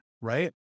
right